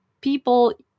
people